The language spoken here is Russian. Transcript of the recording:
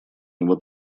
него